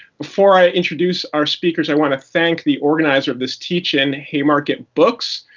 before i introduce our speakers, i want to thank the organizer of this teach-in, haymarket books.